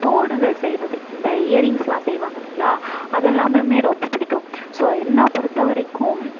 தோடுகள் செய்வது இந்த இயரிங்ஸ்லாம் செய்வாங்க இல்லைங்களா அதலாமும் ரொம்ப பிடிக்கும் ஸோ என்னை பொருத்த வரைக்கும்